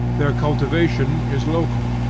their cultivation is local,